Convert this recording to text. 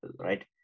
right